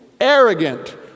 arrogant